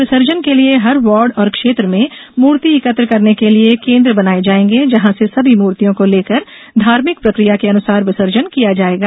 विसर्जन के लिए हर वार्ड और क्षेत्र में मूर्ति एकत्र करने के लिए केन्द्र बनाये जायेंगे जहां से सभी मूर्तियों को लेकर धार्भिक प्रकिया के अनुसार विसर्जन किया जायेगा